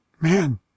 Man